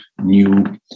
new